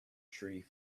tree